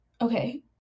Okay